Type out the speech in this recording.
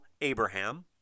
Abraham